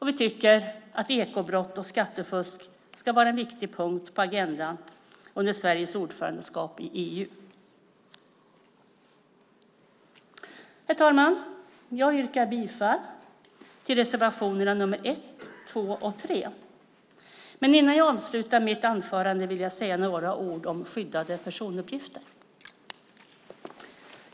Vi tycker att ekobrott och skattefusk ska vara en viktig punkt på agendan under Sveriges ordförandeskap i EU. Herr talman! Jag yrkar bifall till reservationerna nr 1, 2 och 3. Men innan jag avslutar mitt anförande vill jag säga några ord om skyddade personuppgifter.